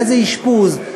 איזה אשפוז,